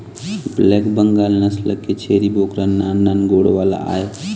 black Bengal नसल के छेरी बोकरा नान नान गोड़ वाला आय